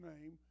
name